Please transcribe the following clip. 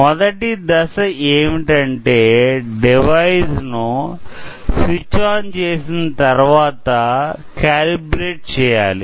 మొదటి దశ ఏమిటంటే డివైస్ ను స్విచ్ ఆన్ చేసిన తరువాత కాలిబ్రేట్ చేయాలి